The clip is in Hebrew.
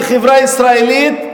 כחברה הישראלית,